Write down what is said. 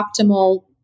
optimal